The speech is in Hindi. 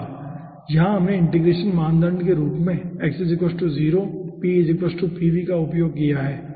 यहां हमने इंटीग्रेशन मानदंड के रूप में का उपयोग किया है